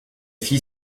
fit